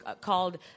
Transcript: called